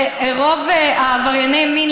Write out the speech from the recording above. רוב עברייני המין,